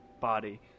body